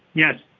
yes